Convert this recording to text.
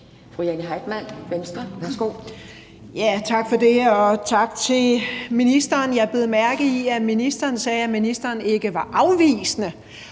Jane Heitmann (V): Tak for det, og tak til ministeren. Jeg bed mærke i, at ministeren sagde, at ministeren ikke var afvisende